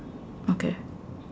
okay